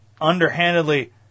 underhandedly